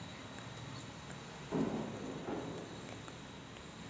मले माया बँक खात्याची एक वर्षाची मायती पाहिजे हाय, ते मले कसी भेटनं?